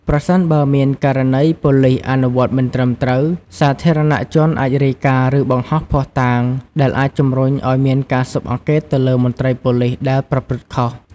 ប្រសិនបើមានករណី ប៉ូលិសអនុវត្តមិនត្រឹមត្រូវ សាធារណជន អាច រាយការណ៍ ឬ បង្ហោះភស្តុតាង ដែលអាច ជំរុញឱ្យមានការស៊ើបអង្កេតទៅលើ មន្ត្រីប៉ូលិសដែលប្រព្រឹត្តខុស។